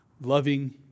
loving